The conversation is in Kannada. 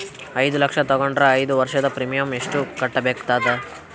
ಐದು ಲಕ್ಷ ತಗೊಂಡರ ಐದು ವರ್ಷದ ಪ್ರೀಮಿಯಂ ಎಷ್ಟು ಕಟ್ಟಬೇಕಾಗತದ?